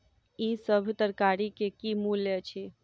ई सभ तरकारी के की मूल्य अछि?